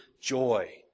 joy